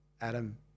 Adam